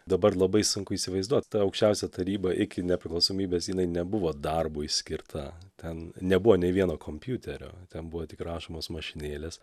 dabar labai sunku įsivaizduot ta aukščiausia taryba iki nepriklausomybės jinai nebuvo darbui skirta ten nebuvo nei vieno kompiuterio ten buvo tik rašomos mašinėlės